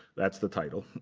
that's the title